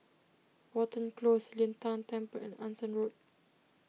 Watten Close Lin Tan Temple and Anson Road